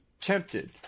tempted